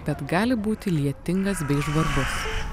bet gali būti lietingas bei žvarbus